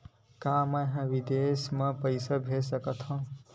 का मैं विदेश म पईसा भेज सकत हव?